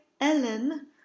Ellen